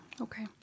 Okay